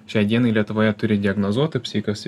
šiai dienai lietuvoje turi diagnozuotų psichikos